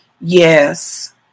Yes